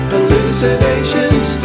Hallucinations